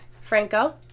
Franco